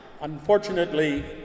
Unfortunately